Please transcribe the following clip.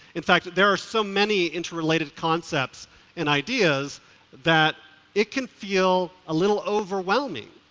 in fact, there are so many interrelated concepts and ideas that it can feel a little overwhelming.